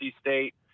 State